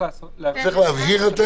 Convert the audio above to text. צריך להבהיר את זה.